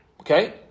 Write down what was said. Okay